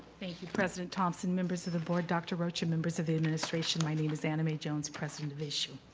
thank you president thomson, members of the board, dr. rocha, members of the administration, my name is anna mae jones, president of issu.